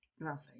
Lovely